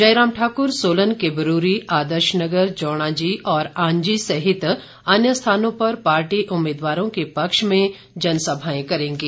जयराम ठाक्र सोलन के ब्र्री आदर्श नगर जौणाजी और आंजी सहित अन्य स्थानों पर पार्टी उम्मीदवारों के पक्ष में जनसभाएं करेंगे